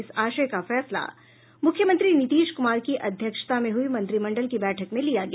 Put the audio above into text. इस आशय का फैसला मुख्यमंत्री नीतीश कुमार की अध्यक्षता में हुई मंत्रिमंडल की बैठक में लिया गया